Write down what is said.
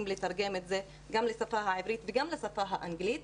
לתרגם את זה גם לשפה העברית וגם לשפה האנגלית.